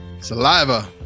saliva